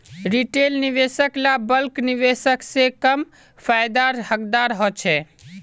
retail निवेशक ला bulk निवेशक से कम फायेदार हकदार होछे